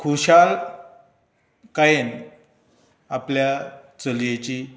खुशालकायेन आपल्या चलयेची